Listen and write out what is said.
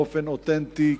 באופן אותנטי,